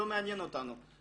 לא מעניין אותנו,